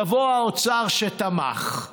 יבוא האוצר שתמך,